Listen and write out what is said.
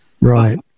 Right